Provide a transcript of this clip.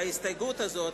ההסתייגות הזאת,